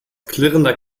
klirrender